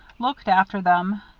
looked after them,